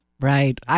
Right